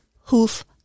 Hoof